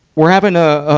we're having a,